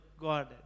God